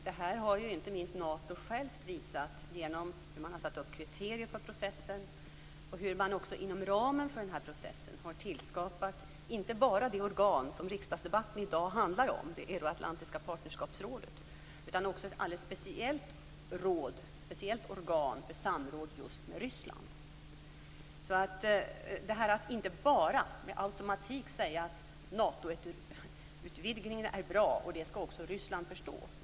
Det har inte minst Nato självt visat, genom hur man har satt upp kriterier för processen och hur man inom ramen för den processen har tillskapat inte bara det organ som riksdagsdebatten i dag handlar om, dvs. det euroatlantiska partnerskapsrådet, utan också ett speciellt organ för samråd just med Ryssland. Det går alltså inte bara att med automatik säga att Natoutvidgningen är bra och att Ryssland skall förstå det.